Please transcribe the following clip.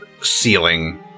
Ceiling